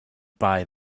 buy